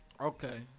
Okay